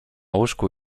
łóżku